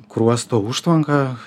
kruosto užtvanką